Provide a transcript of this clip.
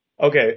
Okay